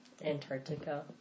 Antarctica